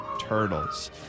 turtles